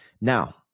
Now